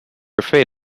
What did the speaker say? afraid